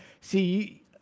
see